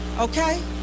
Okay